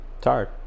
Tired